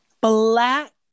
black